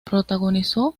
protagonizó